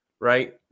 right